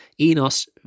Enos